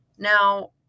Now